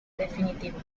definitiva